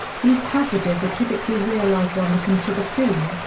these passages are typically realized on the contrabassoon,